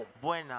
buena